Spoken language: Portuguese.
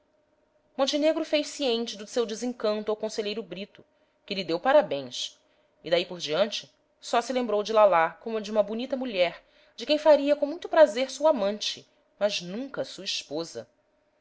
ridículo montenegro fez ciente do seu desencanto ao conselheiro brito que lhe deu parabéns e dai por diante só se lembrou de lalá como de uma bonita mulher de quem faria com muito prazer sua amante mas nunca sua esposa